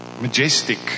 majestic